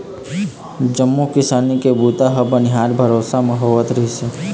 जम्मो किसानी के बूता ह बनिहार भरोसा म होवत रिहिस हे